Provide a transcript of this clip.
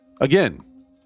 again